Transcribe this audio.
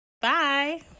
Bye